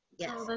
Yes